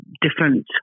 different